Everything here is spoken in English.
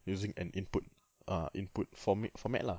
using an input ah input forma~ format lah